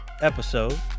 episode